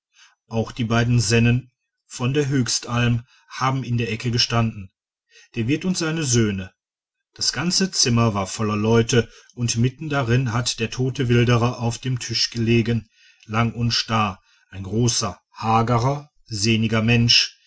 auch die beiden sennen von der höchstalm haben in der ecke gestanden der wirt und seine söhne das ganze zimmer war voller leute und mitten darin hat der tote wilderer auf dem tisch gelegen lang und starr ein großer hagerer sehniger mensch